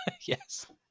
Yes